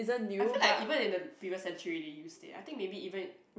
I feel like even in the previous century they used it I think maybe even